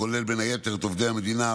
הכולל בין היתר את עובדי המדינה,